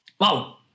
Wow